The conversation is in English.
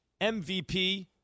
MVP